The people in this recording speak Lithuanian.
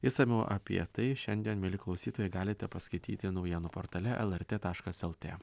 išsamiau apie tai šiandien mieli klausytojai galite paskaityti naujienų portale lrt taškas lt